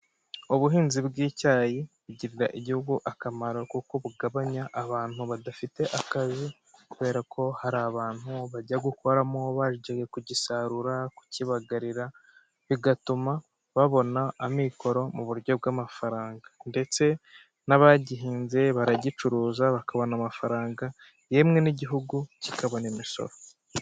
Bbuhinzi bw'icyayi bugirira igihugu akamaro kuko bugabanya abantu badafite akazi, kubera ko hari abantu bajya gukoramo bagiyeye kugisarura, kukibagarira, bigatuma babona amikoro mu buryo bw'amafaranga. Ndetse n'abagihinze baragicuruza bakabona amafaranga yemwe n'igihugu kikabona imisoro.